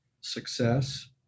success